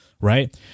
right